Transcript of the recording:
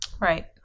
Right